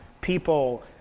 people